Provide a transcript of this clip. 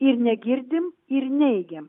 ir negirdim ir neigiam